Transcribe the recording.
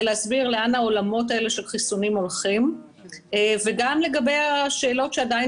להסביר לאן הולכים העולמות האלה של חיסונים וגם לגבי השאלות שעדיין